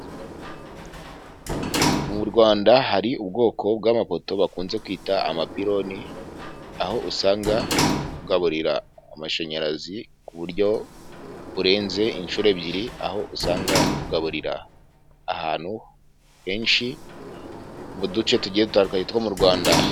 Mu Rwanda hari ubwoko bw'amapoto bakunze kwita amapironi, aho usanga ugaburira amashanyarazi, ku buryo burenze inshuro ebyiri, aho usanga ugaburira ahantu henshi, mu duce tugiye dutandukanye two mu Rwanda.